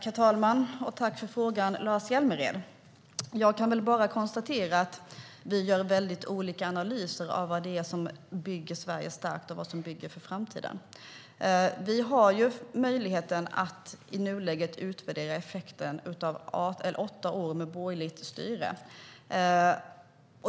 Herr talman! Tack för frågan, Lars Hjälmered! Jag kan bara konstatera att vi gör väldigt olika analyser av vad det är som bygger Sverige starkt för framtiden. Vi har i nuläget möjligheten att utvärdera effekten av åtta år med borgerligt styre.